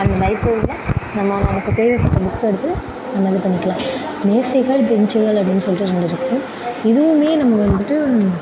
அந்த லைப்ரரியில் நம்ம நமக்கு தேவைப்பட்ட புக்கை எடுத்து நம்ம இது பண்ணிக்கலாம் மேசைகள் பெஞ்சுகள் அப்படின்னு சொல்லிட்டு ரெண்டு இருக்குது இதுவுமே நம்ம வந்துட்டு